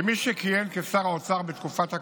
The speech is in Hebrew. כמי שכיהן כשר האוצר בתקופת הקורונה,